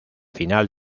final